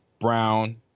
Brown